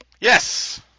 Yes